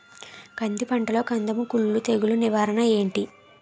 కంది పంటలో కందము కుల్లు తెగులు నివారణ ఏంటి?